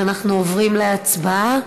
ואנחנו עוברים להצבעה.